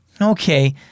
Okay